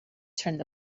turned